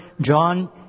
John